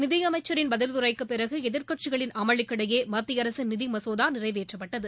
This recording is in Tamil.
நிதி அமைச்சரின் பதிலுரைக்குப் பிறகு எதிர்க்கட்சிகளின் அமளிக்கிடையே மத்திய அரசின் நிதி மசோதா நிறைவேற்றப்பட்டது